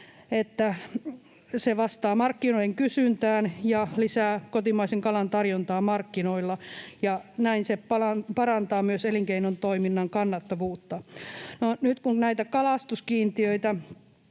se vastaa markkinoiden kysyntään ja lisää kotimaisen kalan tarjontaa markkinoilla, ja näin se parantaa myös elinkeinotoiminnan kannattavuutta. No, nyt kun näitä kalastuskiintiöitä